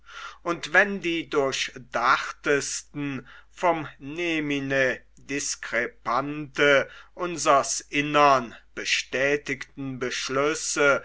und wenn die durchdachtesten vom nemine discrepante unsers innern bestätigten beschlüsse